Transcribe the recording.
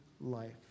life